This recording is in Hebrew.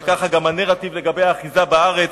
וכך גם הנרטיב לגבי האחיזה בארץ.